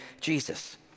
Jesus